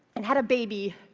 and had a baby,